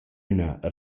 üna